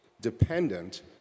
dependent